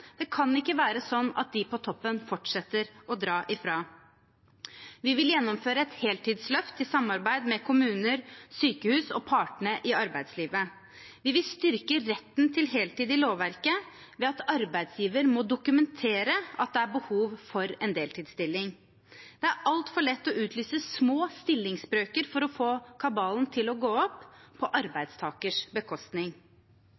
Det kan ikke være sånn at de på toppen fortsetter å dra ifra. Vi vil gjennomføre et heltidsløft i samarbeid med kommuner, sykehus og partene i arbeidslivet. Vi vil styrke retten til heltid i lovverket ved at arbeidsgiver må dokumentere at det er behov for en deltidsstilling. Det er altfor lett å utlyse små stillingsbrøker for å få kabalen til å gå opp – på